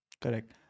Correct